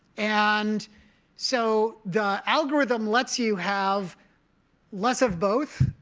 and so the algorithm lets you have less of both,